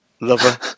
lover